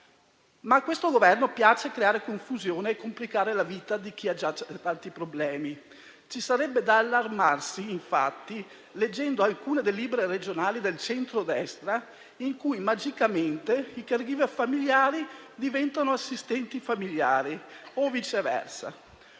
A questo Governo, però, piace creare confusione e complicare la vita di chi ha già tanti problemi. Ci sarebbe da allarmarsi, infatti, leggendo alcune delibere regionali del centrodestra in cui magicamente i *caregiver* familiari diventano assistenti familiari o viceversa.